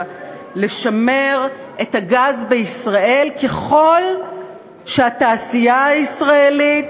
לשמר את הגז בישראל ככל שהתעשייה הישראלית,